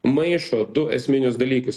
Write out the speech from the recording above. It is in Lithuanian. maišo du esminius dalykus